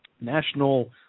National